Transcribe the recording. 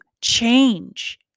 change